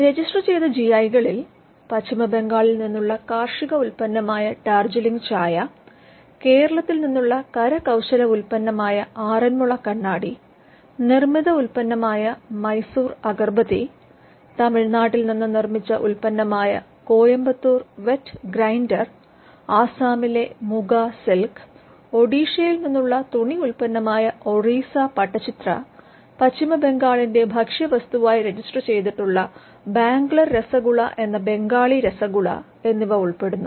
register ചെയ്ത G ഐകളിൽ പശ്ചിമ ബംഗാളിൽ നിന്നുള്ള കാർഷിക ഉൽപന്നമായ ഡാർജിലിംഗ് ചായ കേരളത്തിൽ നിന്നുള്ള കരകൌശല ഉൽപന്നമായ ആറന്മുള കണ്ണാടി നിർമ്മിത ഉൽപ്പന്നമായ മൈസൂർ അഗർബതി തമിഴ്നാട്ടിൽ നിന്ന് നിർമ്മിച്ച ഉൽപന്നമായ കോയമ്പത്തൂർ വെറ്റ് ഗ്രൈൻഡർ ആസാമിലെ മുഗാ സിൽക്ക് ഒഡീഷയിൽ നിന്നുള്ള തുണി ഉൽപന്നമായ ഒറീസ പട്ടചിത്ര പശ്ചിമ ബംഗാളിന്റെ ഭക്ഷ്യവസ്തുവായ് രജിസ്റ്റർ ചെയ്തിട്ടുള്ള ബാംഗ്ലർ രസഗുള എന്ന ബംഗാളി രസഗുള എന്നിവ ഉൾപ്പെടുന്നു